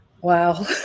Wow